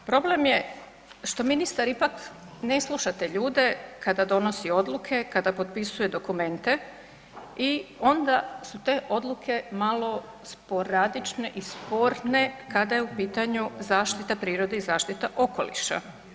Problem je što ministar ipak ne sluša te ljude kada donosi odluke, kada potpisuje dokumente i onda su te odluke malo sporadične i sporne kada je u pitanju zaštita prirode i zaštita okoliša.